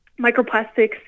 Microplastics